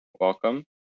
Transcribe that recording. welcome